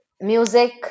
music